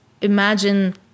imagine